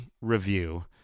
review